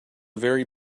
very